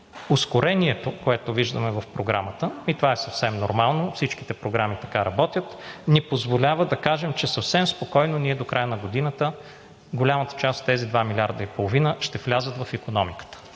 Ускорението, което виждаме в програмата, и това е съвсем нормално – всички програми така работят, ни позволява да кажем, че съвсем спокойно до края на годината, голямата част от тези 2,5 милиарда ще влязат в икономиката.